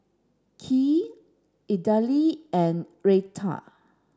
Kheer Idili and Raita